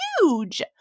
huge